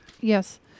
Yes